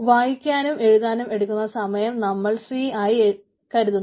വായിക്കാനും എഴുതാനും എടുക്കുന്ന സമയത്തെ നമ്മൾ c ആയി കരുതുന്നു